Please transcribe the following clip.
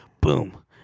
Boom